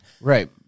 Right